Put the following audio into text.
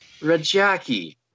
Rajaki